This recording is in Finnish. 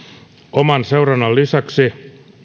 oman seurannan lisäksi